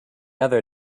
other